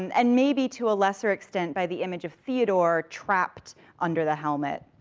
and maybe, to a lesser extent, by the image of theodore, trapped under the helmet.